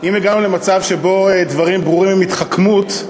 דברים ברורים הם התחכמות,